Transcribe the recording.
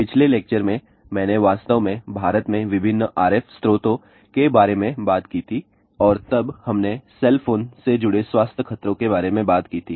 पिछले लेक्चर में मैंने वास्तव में भारत में विभिन्न RF स्रोतों के बारे में बात की थी और तब हमने सेल फोन से जुड़े स्वास्थ्य खतरों के बारे में बात की थी